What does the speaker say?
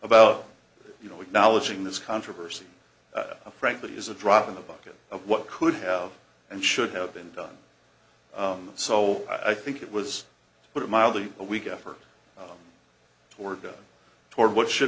about you know acknowledging this controversy frankly is a drop in the bucket of what could have and should have been done so i think it was put it mildly a week effort to work toward what should